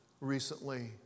recently